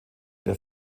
der